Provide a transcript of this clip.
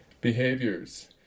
behaviors